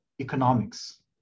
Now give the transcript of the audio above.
economics